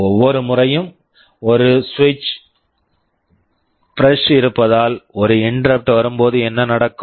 ஒவ்வொரு முறையும் ஒரு சுவிட்ச் பிரஸ் switch press இருப்பதால் ஒரு இன்டெரப்ட் interrupt வரும் போது என்ன நடக்கும்